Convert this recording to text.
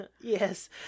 Yes